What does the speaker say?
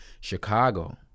chicago